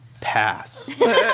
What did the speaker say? Pass